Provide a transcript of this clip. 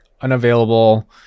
unavailable